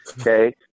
okay